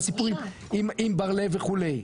לא הסיפורים עם בר לב וכו',